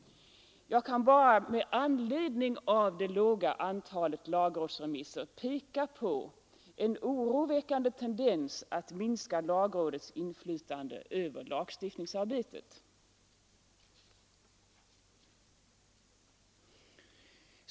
Jag kan bara med anledning av det låga antalet lagrådsremisser peka på en oroväckande tendens att minska lagrådets inflytande över lagstiftningsarbetet.